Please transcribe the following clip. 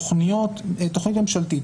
תכנית ממשלתית,